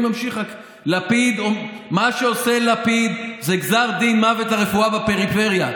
אני ממשיך: מה שעושה לפיד זה גזר דין מוות לרפואה בפריפריה.